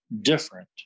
different